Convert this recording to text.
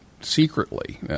secretly